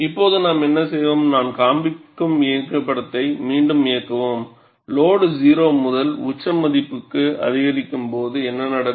இப்போது நாம் என்ன செய்வோம் நான் காண்பிக்கும் இயங்குபடத்தை மீண்டும் இயக்குவோம் லோடு 0 முதல் உச்ச மதிப்புக்கு அதிகரிக்கும்போது என்ன நடக்கும்